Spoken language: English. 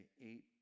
eight